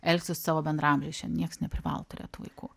elgsis su savo bendraamžiais šiandien niekas neprivalo turėt tų vaikų